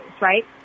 right